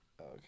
Okay